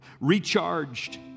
recharged